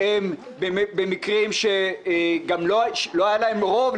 במקרים שגם לא היה להם רוב,